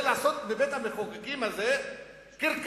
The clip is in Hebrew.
זה לעשות מבית-המחוקקים הזה קרקס.